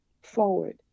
forward